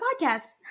podcast